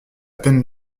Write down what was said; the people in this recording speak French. peine